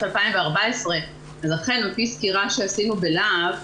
2014 אז אכן לפי סקירה שעשינו בלה"ב,